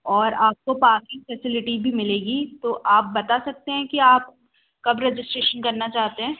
और आपको parking facility भी मिलेगी तो आप बता सकते हैं कि आप कब रजिस्ट्रेशन करना चाहते हैं